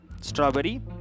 strawberry